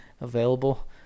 available